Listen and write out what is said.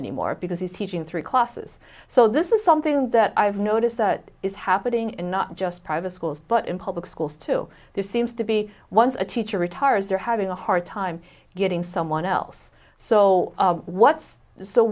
anymore because he's teaching three classes so this is something that i've noticed that is happening not just private schools but in public schools too this seems to be once a teacher retires or having a hard time getting someone else so what's so